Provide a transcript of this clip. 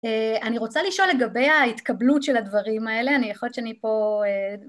אני רוצה לשאול לגבי ההתקבלות של הדברים האלה, אני... יכול להיות שאני פה...